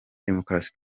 demukarasi